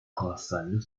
колоссальную